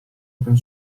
open